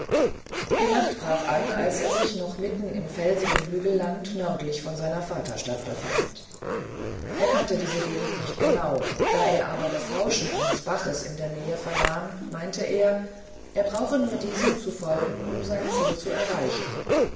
die nacht brach an als er sich noch mitten im felsigen hügelland nördlich von seiner vaterstadt befand er kannte diese gegend nicht genau da er aber das rauschen eines baches in der nähe vernahm meinte er er brauche nur diesem zu folgen um sein ziel zu erreichen